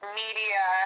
media